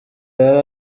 yari